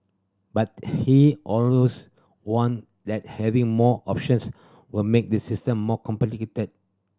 but he also warned that having more options would make the system more complicated